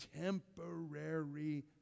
temporary